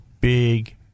big